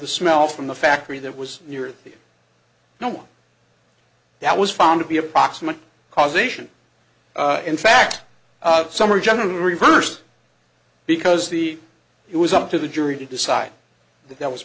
the smell from the factory that was your no one that was found to be approximate causation in fact some are generally reversed because the it was up to the jury to decide that